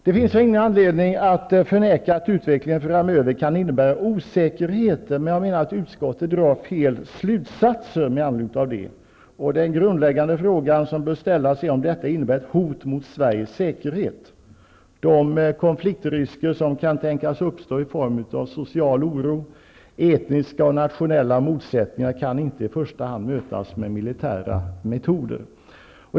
Det finns ingen anledning att förneka att utvecklingen framöver kan innebära osäkerheter, men utskottet drar fel slutsatser med anledning av det. Den grundläggande frågan som bör ställas är om detta innebär ett hot mot Sveriges säkerhet. De konfliktrisker som kan tänkas uppstå i form av social oro, etniska och nationella motsättningar kan inte i första hand mötas med militära metoder.